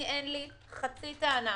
אין לי חצי טענה